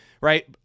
right